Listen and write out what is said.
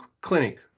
clinic